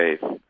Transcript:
faith